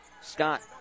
scott